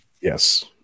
Yes